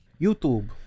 youtube